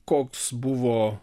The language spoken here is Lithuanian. koks buvo